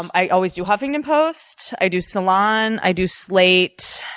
um i always do huffington post, i do salon, i do slate.